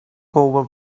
over